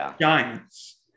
giants